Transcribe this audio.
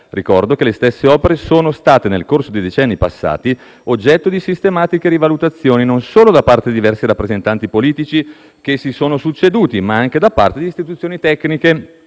Ricordo che le stesse opere sono state - nel corso dei decenni passati - oggetto di sistematiche rivalutazioni, non solo da parte dei diversi rappresentanti politici che si sono succeduti, ma anche da parte di istituzioni tecniche,